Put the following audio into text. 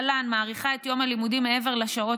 תל"ן מאריכה את יום הלימודים מעבר לשעות